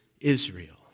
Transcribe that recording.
Israel